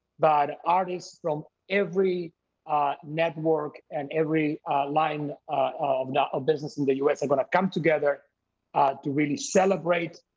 but. artists from every network and every line of of business in the u s. and when it comes together to really celebrate,